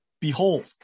behold